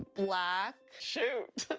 black. shoot!